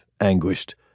anguished